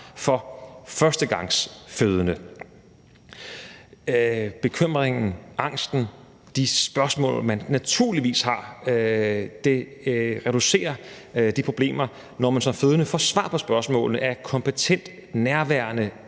for førstegangsfødende. Bekymringen, angsten, problemerne bliver reduceret, når man som fødende får svar på spørgsmålene af et kompetent, nærværende